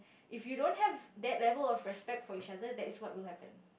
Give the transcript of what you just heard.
if you don't have that level of respect for each other that is what will happen